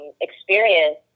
experience